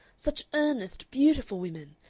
such earnest, beautiful women!